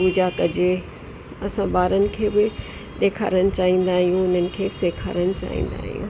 पूॼा कजे असां ॿारनि खे बि ॾेखारणु चाहींदा आहियूं उन्हनि खे सेखारणु चाहींदा आहियूं